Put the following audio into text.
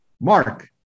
Mark